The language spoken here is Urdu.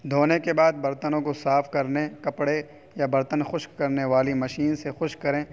دھونے کے بعد برتنوں کو صاف کرنے کپڑے یا پرتن خشک کرنے والی مشین سے خشک کریں